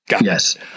Yes